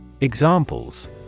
Examples